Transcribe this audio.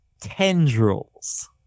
tendrils